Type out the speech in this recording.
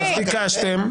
ביקשתם.